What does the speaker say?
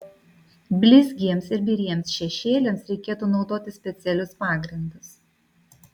blizgiems ir biriems šešėliams reikėtų naudoti specialius pagrindus